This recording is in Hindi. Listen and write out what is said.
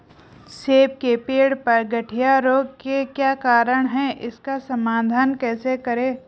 सेब के पेड़ पर गढ़िया रोग के क्या कारण हैं इसका समाधान कैसे करें?